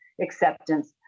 acceptance